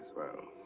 well.